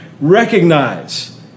Recognize